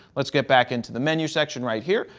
let's get back into the menu section right here.